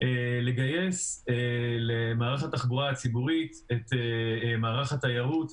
לגייס למערך התחבורה הציבורית את מערך התיירות,